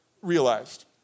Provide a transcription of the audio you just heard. realized